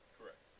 Correct